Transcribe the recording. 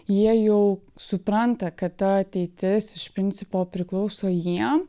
jie jau supranta kad ta ateitis iš principo priklauso jiem